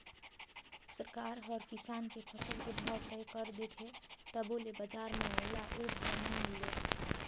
सरकार हर किसान के फसल के भाव तय कर देथे तभो ले बजार म ओला ओ भाव नइ मिले